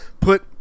put